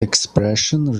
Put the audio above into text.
expression